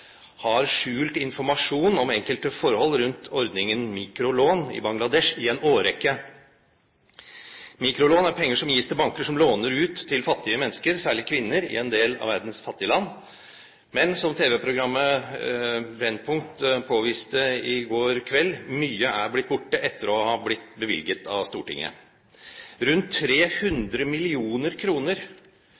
har skjult informasjon om enkelte forhold rundt ordningen mikrolån i Bangladesh i en årrekke. Mikrolån er penger som gis til banker som låner ut til fattige mennesker, særlig kvinner, i en del av verdens fattige land. Men som tv-programmet Brennpunkt påviste i går kveld: Mye er blitt borte etter at det ble bevilget av Stortinget. Rundt 300